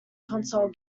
console